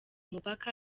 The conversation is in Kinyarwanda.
umupaka